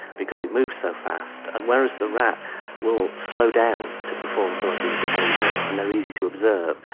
because it moves so fast. and whereas the rat will slow down to perform some of these behaviours and they are easy to observe,